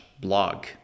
blog